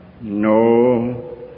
No